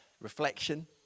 reflection